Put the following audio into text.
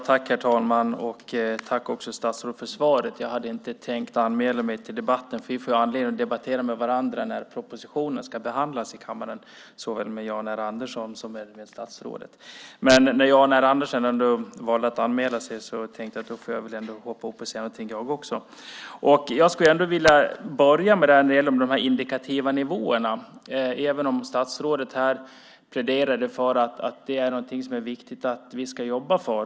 Herr talman! Jag tackar statsrådet för svaret. Jag hade inte tänkt anmäla mig till debatten för jag får ju anledning att debattera med såväl statsrådet som Jan R Andersson när propositionen ska behandlas i kammaren, men när Jan R Andersson valde att anmäla sig tänkte jag att då får väl även jag gå upp i talarstolen och säga något. Jag skulle vilja börja med de indikativa nivåerna. Statsrådet pläderar för att det är viktigt att vi jobbar för dem.